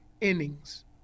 innings